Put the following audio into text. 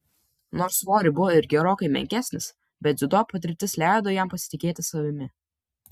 nors svoriu buvo ir gerokai menkesnis bet dziudo patirtis leido jam pasitikėti savimi